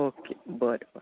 okay बरें बरें